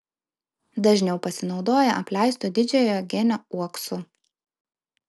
dažniau pasinaudoja apleistu didžiojo genio uoksu